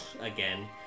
again